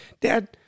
Dad